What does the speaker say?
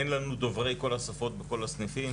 אין לנו דוברי כל השפות בכל הסניפים,